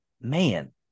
man